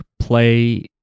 play